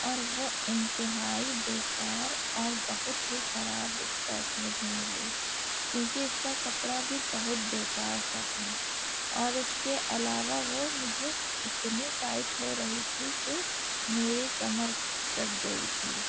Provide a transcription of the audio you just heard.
اور وہ انتہائی بے کار اور بہت ہی خراب اسکرٹ مجھے ملی کیونکہ اس کا کپڑا بھی بہت بے کار سا تھا اور اس کے علاوہ وہ مجھے اتنی ٹائٹ ہو رہی تھی کہ میری کمر کس گئی تھی